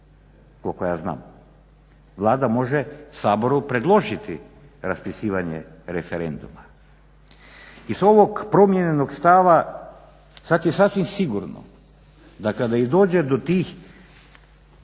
koliko ja zna. Vlada može Saboru predložiti raspisivanje referenduma. Iz ovog promijenjenog stava sada je sasvim sigurno da kada i dođe do tih